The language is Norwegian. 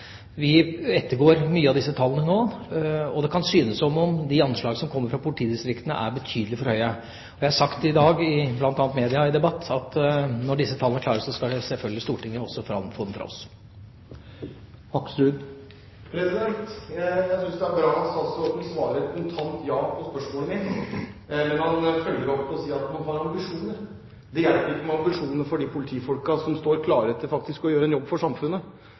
Vi ettergår mye av disse tallene nå, og det kan synes som om de anslag som kommer fra politidistriktene, er betydelig for høye. Jeg har sagt i dag, bl.a. i debatt i media, at når disse tallene er klare, skal selvfølgelig Stortinget også få dem fra oss. Jeg synes det er bra at statsråden svarer kontant ja på spørsmålet mitt. Men han følger opp med å si at man har ambisjoner. Det hjelper ikke med ambisjoner for de politifolkene som faktisk står klare til å gjøre en jobb for samfunnet